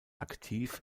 aktiv